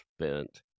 spent